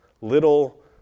Little